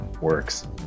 works